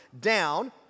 down